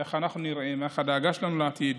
איך אנחנו נראים, הדאגה שלנו לעתיד.